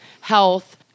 health